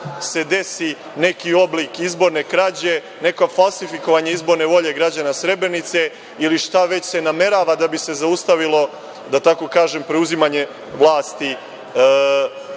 se desi neki oblik izborne krađe, neko falsifikovanje izborne volje građana Srebrenice ili šta već se namerava da bi se zaustavilo, da tako kažem, preuzimanje vlasti